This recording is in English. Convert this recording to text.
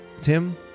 tim